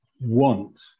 want